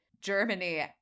Germany